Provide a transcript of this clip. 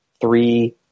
three